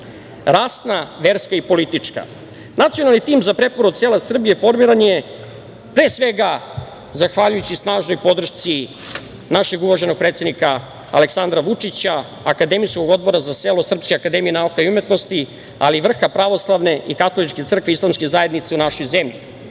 rasna, verska i politička. Nacionalni tim za preporod sela Srbije formiran je pre svega zahvaljujući snažnoj podršci našeg uvaženog predsednika Aleksandra Vučića, Akademijskog odbora za selo Srpske akademije nauka i umetnosti, ali i vrha pravoslavne i katoličke crkve i islamske zajednice u našoj zemlji. Ne